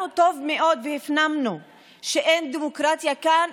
אני אצא ואני אתלונן עליך בוועדת האתיקה.